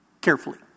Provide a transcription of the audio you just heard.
carefully